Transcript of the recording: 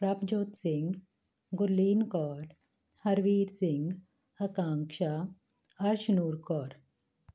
Prabhjot Singh Gurleen Kaur Harvir Singh Hakam Shah Arshnoor Kaur